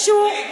כאיזשהו,